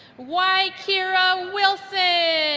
ykeara wilson